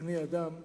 בני-האדם,